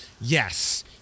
Yes